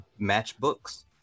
matchbooks